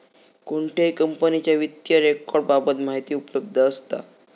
कोणत्याही कंपनीच्या वित्तीय रेकॉर्ड बाबत माहिती उपलब्ध असता